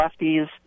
lefties